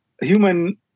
human